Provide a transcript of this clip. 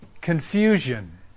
Confusion